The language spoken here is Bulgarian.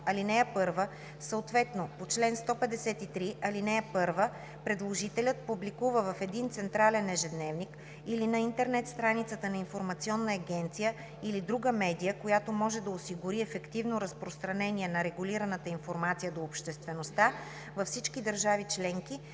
ал. 1, съответно по чл. 153, ал. 1, предложителят публикува в един централен ежедневник или на интернет страницата на информационна агенция или друга медия, която може да осигури ефективното разпространение на регулираната информация до обществеността във всички държави членки,